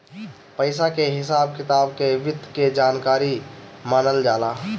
पइसा के हिसाब किताब के वित्त के जानकारी मानल जाला